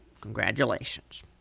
Congratulations